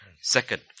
Second